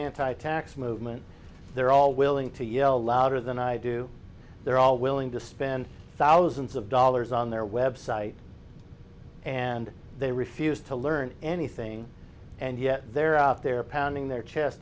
anti tax movement they're all willing to yell louder than i do they're all willing to spend thousands of dollars on their website and they refuse to learn anything and yet they're out there pounding their chest